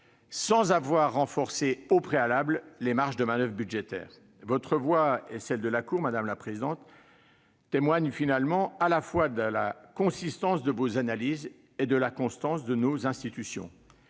sans avoir renforcé [...] au préalable [les] marges de manoeuvre budgétaires. » Votre voix et celle de la Cour, madame la Première présidente, témoignent à la fois de la consistance de vos analyses et de la constance de nos institutions.